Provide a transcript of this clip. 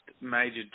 major